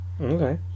Okay